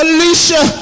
Alicia